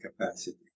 capacity